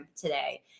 today